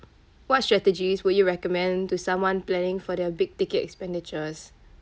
what strategies would you recommend to someone planning for their big ticket expenditures